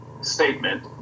statement